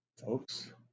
Folks